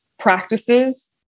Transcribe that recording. practices